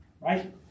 Right